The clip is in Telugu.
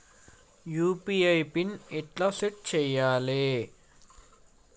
యూ.పీ.ఐ పిన్ ఎట్లా సెట్ చేయాలే?